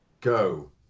go